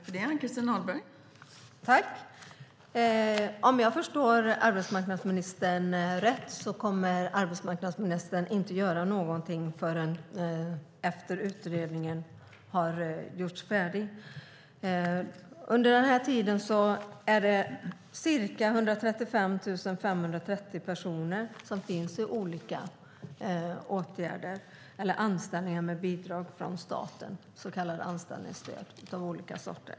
Fru talman! Om jag förstår arbetsmarknadsministern rätt kommer hon inte att göra någonting förrän utredningen är klar. Under den här tiden är det 135 530 personer som har anställningar med bidrag från staten, så kallat anställningsstöd av olika slag.